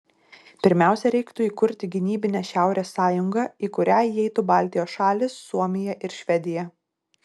pirmiausia reiktų įkurti gynybinę šiaurės sąjungą į kurią įeitų baltijos šalys suomija ir švedija